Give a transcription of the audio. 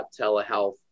telehealth